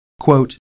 quote